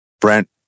Brent